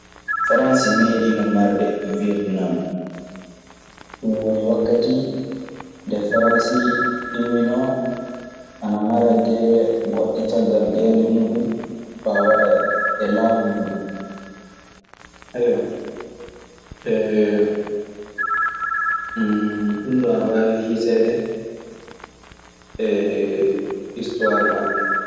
Faransi meeɗiino marde Wietnam. Ɗun woni wakkati nde faransi imminoo ana mara gelle goɗɗe caggal gelle muuɗun faa waɗa e laamu muuɗun. Ɗun ɗoo ana waawi hiiseede e istuwaar maɓɓe.